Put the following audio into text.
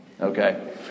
okay